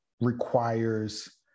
requires